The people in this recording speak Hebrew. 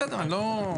בסדר, אני לא.